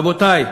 רבותי,